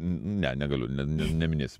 ne negaliu ne neminėsiu